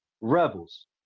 Rebels